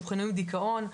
שאובחנו בדיכאון,